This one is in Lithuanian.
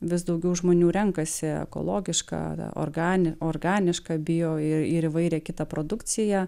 vis daugiau žmonių renkasi ekologišką organinį organišką bijo ir įvairią kitą produkciją